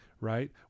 right